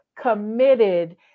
committed